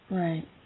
right